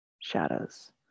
shadows